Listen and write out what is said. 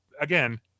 again